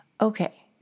Okay